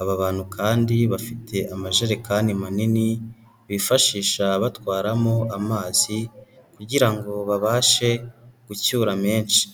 aba bantu kandi bafite amajerekani manini bifashisha batwaramo amazi kugira ngo babashe gucyura menshi.